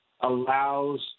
allows –